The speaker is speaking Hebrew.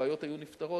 הבעיות היו נפתרות.